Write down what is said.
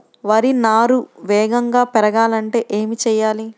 వరి నారు వేగంగా పెరగాలంటే ఏమి చెయ్యాలి?